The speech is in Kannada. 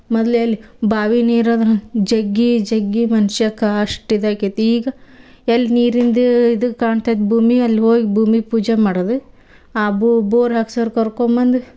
ಮೊದ್ಲು ಎಲ್ಲೇ ಬಾವಿ ನೀರು ಅಂದ್ರೆ ಜಗ್ಗಿ ಜಗ್ಗಿ ಮನ್ಷಗ್ ಅಷ್ಟು ಇದು ಆಕೈತಿ ಈಗ ಎಲ್ಲ ನೀರಿಂದು ಇದು ಕಾಣ್ತದೆ ಭೂಮಿ ಅಲ್ಲಿ ಹೋಗಿ ಭೂಮಿ ಪೂಜೆ ಮಾಡೋದು ಆ ಬೋರ್ ಹಾಕ್ಸೋರ ಕರ್ಕೊಂಬಂದು